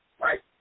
right